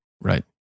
Right